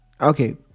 Okay